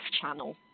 channel